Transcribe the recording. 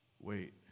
wait